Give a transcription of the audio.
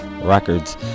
Records